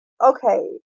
Okay